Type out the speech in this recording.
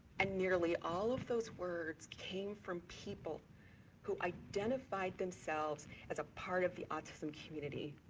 and nearly all of those words came from people who identified themselves as a part of the autism community.